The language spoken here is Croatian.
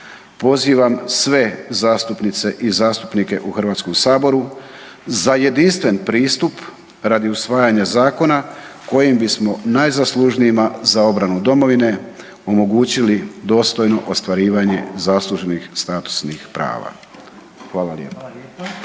pozivam sve zastupnice i zastupnike u Hrvatskom saboru za jedinstven pristup radi usvajanja zakona kojim bismo najzaslužnijima za obranu domovine omogućili dostojno ostvarivanje zasluženih statusnih prava. Hvala lijepa.